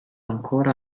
ancora